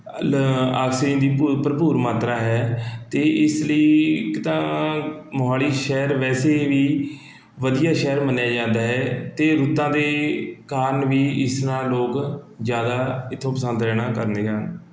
ਲ ਆਕਸੀਜਨ ਦੀ ਭ ਭਰਪੂਰ ਮਾਤਰਾ ਹੈ ਅਤੇ ਇਸ ਲਈ ਇੱਕ ਤਾਂ ਮੋਹਾਲੀ ਸ਼ਹਿਰ ਵੈਸੇ ਵੀ ਵਧੀਆ ਸ਼ਹਿਰ ਮੰਨਿਆ ਜਾਂਦਾ ਹੈ ਅਤੇ ਰੁੱਤਾਂ ਦੇ ਕਾਰਨ ਵੀ ਇਸ ਨਾਲ਼ ਲੋਕ ਜ਼ਿਆਦਾ ਇੱਥੋਂ ਪਸੰਦ ਰਹਿਣਾ ਕਰਦੇ ਹਨ